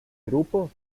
grupos